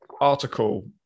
article